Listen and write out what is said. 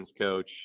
coach